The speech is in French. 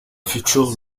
futur